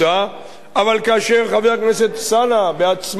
אבל כאשר חבר הכנסת אלסאנע בעצמו מביא